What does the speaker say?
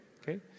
Okay